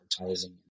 advertising